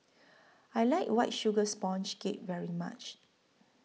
I like White Sugar Sponge Cake very much